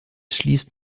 schließt